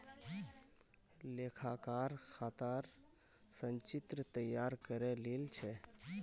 लेखाकार खातर संचित्र तैयार करे लील छ